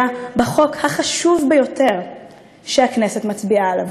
בחוק החשוב ביותר שהכנסת מצביעה עליו,